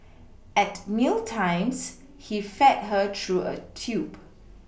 at meal times he fed her through a tube